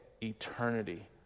eternity